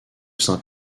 saint